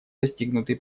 достигнутый